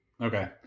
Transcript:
Okay